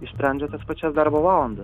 išsprendžia tas pačias darbo valandas